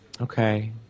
Okay